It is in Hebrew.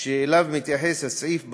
ואליו מתייחס הסעיף בחוק,